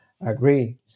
agree